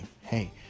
Hey